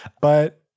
But-